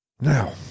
Now